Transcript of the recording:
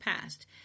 past